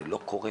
זה לא קורה.